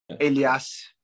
Elias